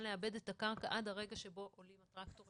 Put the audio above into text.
לעבד את הקרקע עד הרגע שבו עולים הטרקטורים.